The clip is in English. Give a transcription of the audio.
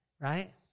right